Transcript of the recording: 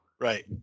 Right